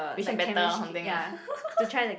which one better or something ah